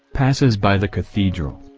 passes by the cathedral.